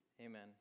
Amen